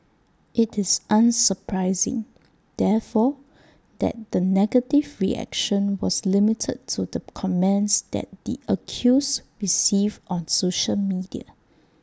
IT is unsurprising therefore that the negative reaction was limited to the comments that the accused received on social media